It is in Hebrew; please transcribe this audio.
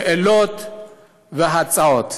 שאלות והצעות.